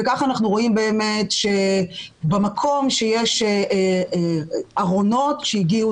וכך אנחנו רואים באמת שבמקום שיש ארונות שהגיעו